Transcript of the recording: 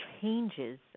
changes